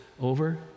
over